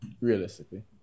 Realistically